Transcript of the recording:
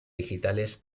digitales